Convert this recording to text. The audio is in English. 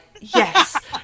yes